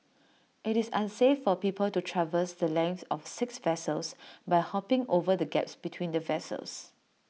IT is unsafe for people to traverse the length of six vessels by hopping over the gaps between the vessels